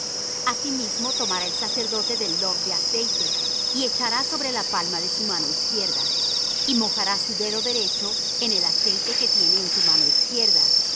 asimismo tomará el sacerdote del log de aceite y echará sobre la palma de su mano izquierda y mojará su dedo derecho en el aceite que tiene en su mano izquierda